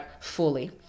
fully